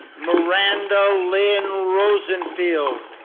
miranda lynn rosenfeld.